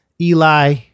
Eli